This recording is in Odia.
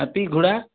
ହାତୀ ଘୋଡ଼ା